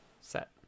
set